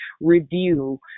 review